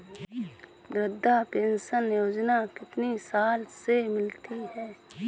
वृद्धा पेंशन योजना कितनी साल से मिलती है?